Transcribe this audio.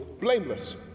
blameless